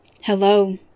Hello